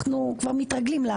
מתרגלים ל